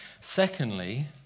Secondly